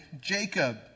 Jacob